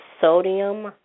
sodium